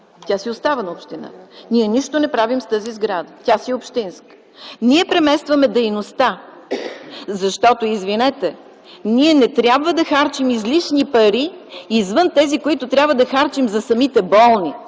Тя си остава на общината. Ние нищо не правим с тази сграда. Тя си е общинска. Ние преместваме дейността, защото, извинете, не трябва да харчим излишни пари извън тези, които трябва да харчим за самите болни